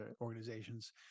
organizations